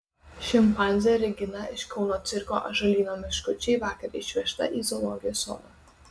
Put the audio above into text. šimpanzė regina iš kauno cirko ąžuolyno meškučiai vakar išvežta į zoologijos sodą